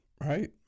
right